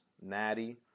Natty